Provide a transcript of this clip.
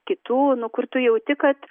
kitų nu kur tu jauti kad